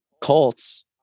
cults